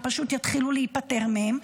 הם פשוט יתחילו להיפטר מהן,